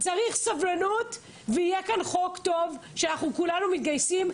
צריך סבלנות ויהיה כאן חוק טוב שאנחנו כולנו מתגייסים,